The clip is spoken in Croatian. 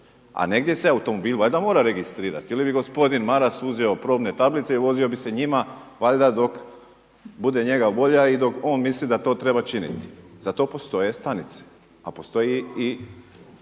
a negdje se automobil valjda mora registrirati. Ili bi gospodin Maras uzeo probne tablice i vozio bi se njima valjda dok bude njegova volja i dok on misli da to treba činiti. Za to postoje stanice, a postoji i